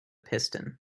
piston